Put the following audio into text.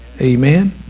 Amen